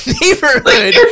neighborhood